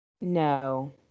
No